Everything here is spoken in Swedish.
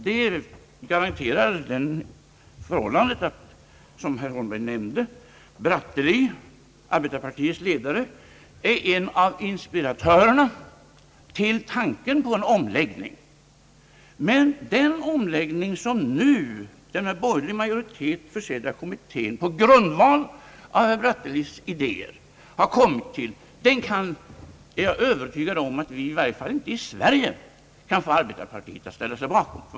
Som herr Holmberg nämnde är herr Bratteli, arbetarpartiets ledare, en av inspiratörerna till tanken på en om läggning, men den omläggning som den med borgerlig majoritet försedda kommittén nu på grundval av Brattelis idéer kommit till, den kan vi i varje fall inte i Sverige, det är jag övertygad om, få arbetarpartiet att ställa sig bakom.